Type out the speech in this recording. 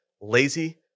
lazy